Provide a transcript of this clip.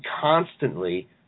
constantly –